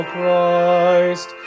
Christ